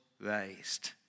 raised